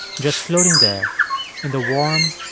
just floating there in the warm,